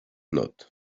not